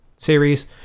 series